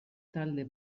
talde